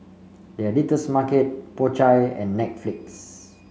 The Editor's Market Po Chai and Netflix